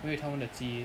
因为他们的鸡